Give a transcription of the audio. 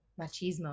Machismo